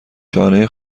شانه